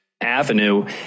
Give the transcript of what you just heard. avenue